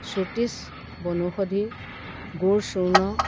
শ্ৰুতিছ বনৌষধি গুড় চূৰ্ণ